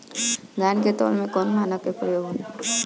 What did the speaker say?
धान के तौल में कवन मानक के प्रयोग हो ला?